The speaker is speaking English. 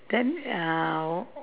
then uh